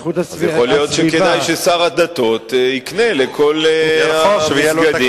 אז יכול להיות שכדאי ששר הדתות יקנה לכל המסגדים.